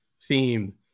theme